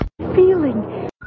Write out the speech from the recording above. Feeling